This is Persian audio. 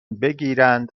بگیرند